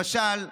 למשל,